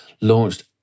launched